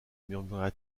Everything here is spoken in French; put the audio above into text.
murmura